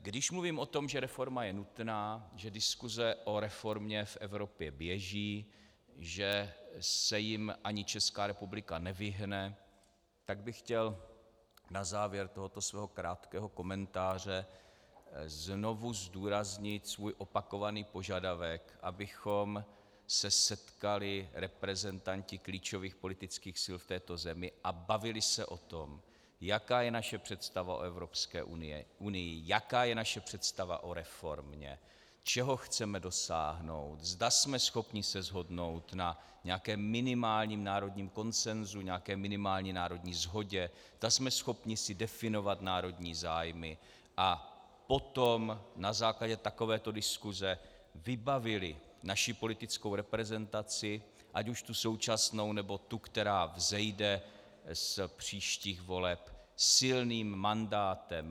Když mluvím o tom, že reforma je nutná, že diskuse o reformě v Evropě běží, že se jim ani Česká republika nevyhne, tak bych chtěl na závěr tohoto svého krátkého komentáře znovu zdůraznit svůj opakovaný požadavek, abychom se setkali, reprezentanti klíčových politických sil v této zemi, a bavili se o tom, jaká je naše představa o Evropské unii, jaká je naše představa o reformě, čeho chceme dosáhnout, zda jsme schopni se shodnout na nějakém minimálním národním konsenzu, nějaké minimální národní shodě, zda jsme schopni si definovat národní zájmy, a potom na základě takovéto diskuse vybavili naši politickou reprezentaci, ať už tu současnou, nebo tu, která vzejde z příštích voleb, silným mandátem.